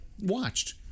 watched